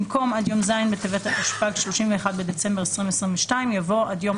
במקום "עד יום ז' בטבת התשפ"ג (31 בדצמבר 2022)" יבוא "עד יום